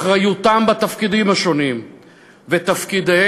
אחריותם בתפקידים השונים ותפקידיהם,